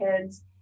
kids